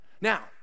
now